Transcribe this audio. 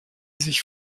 sich